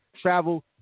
travel